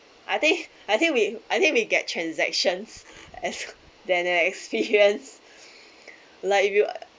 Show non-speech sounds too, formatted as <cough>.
I think I think we I think we get transactions than a experience <laughs> like if you're